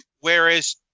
Whereas